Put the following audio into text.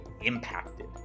impacted